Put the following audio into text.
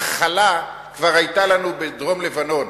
הכלה כבר היתה לנו בדרום-לבנון.